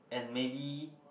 and maybe